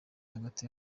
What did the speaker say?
hagati